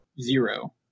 Zero